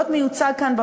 להיות מיוצג כאן,